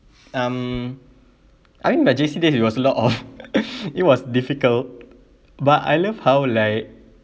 um I mean my J_C days it was a lot of it was difficult but I love how like